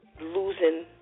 losing